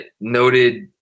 noted